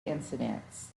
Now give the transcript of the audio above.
incidents